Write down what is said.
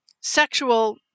sexual